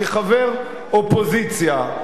כחבר אופוזיציה,